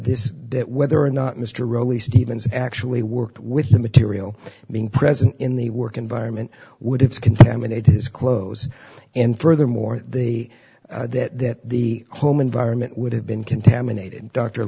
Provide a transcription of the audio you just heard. this that whether or not mr rowley stevens actually worked with the material being present in the work environment would have contaminated his clothes and furthermore the that the home environment would have been contaminated dr